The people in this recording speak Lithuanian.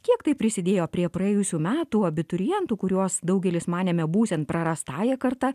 kiek tai prisidėjo prie praėjusių metų abiturientų kuriuos daugelis manėme būsiant prarastąja karta